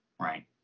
right